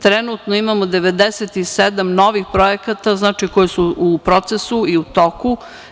Trenutno imamo 97 novih projekata koji su u procesu i u toku.